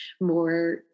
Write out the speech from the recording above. more